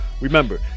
Remember